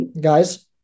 guys